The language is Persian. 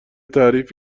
تحریف